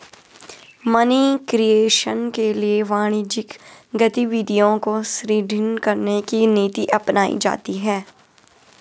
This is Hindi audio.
मनी क्रिएशन के लिए वाणिज्यिक गतिविधियों को सुदृढ़ करने की नीति अपनाई जाती है